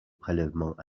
prélèvement